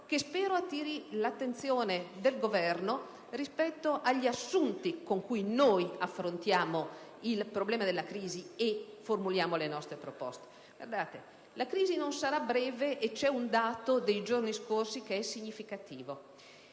che spero attiri l'attenzione del Governo rispetto agli assunti con cui noi affrontiamo il problema della crisi e formuliamo le nostre proposte. La crisi non sarà breve, e in questo senso nei giorni scorsi è emerso un dato significativo.